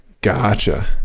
gotcha